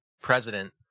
president